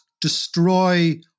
destroy